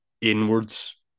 inwards